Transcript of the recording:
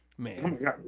Man